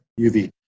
UV